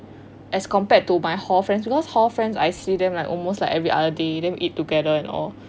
as compared to my hall friends because hall friends I them like almost like every other day then we eat together and all